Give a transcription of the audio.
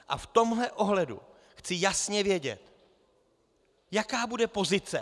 V tomhle ohledu chci jasně vědět, jaká bude pozice.